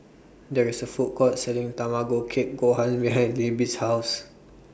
There IS A Food Court Selling Tamago Kake Gohan behind Libby's House